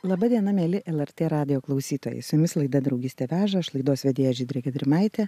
laba diena mieli lrt radijo klausytojai su jumis laida draugystė veža aš laidos vedėja žydrė gedrimaitė